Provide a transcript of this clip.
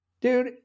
Dude